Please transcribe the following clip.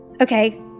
okay